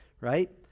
right